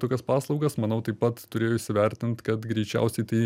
tokias paslaugas manau taip pat turėjo įsivertint kad greičiausiai tai